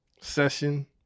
session